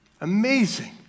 Amazing